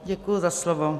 Děkuji za slovo.